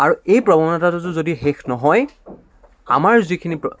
আৰু এই প্ৰৱণতাটো যদি শেষ নহয় আমাৰ যিখিনি